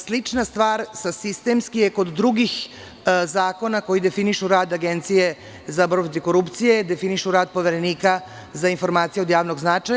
Slična stvar sistemski je kod drugih zakona, zakona koji definišu rad Agencije za borbu protiv korupcije, definišu rad Poverenika za informacije od javnog značaja.